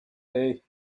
day